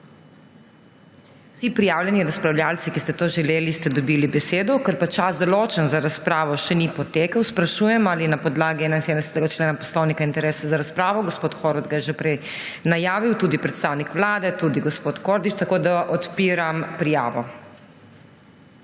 Vsi prijavljeni razpravljavci, ki ste to želeli, ste dobili besedo. Ker čas, določen za razpravo, še ni potekel, sprašujem, ali je na podlagi 71. člena Poslovnika interes za razpravo. Gospod Horvat ga je že prej najavil, tudi predstavnik Vlade, tudi gospod Kordiš, tako da odpiram prijavo.